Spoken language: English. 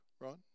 right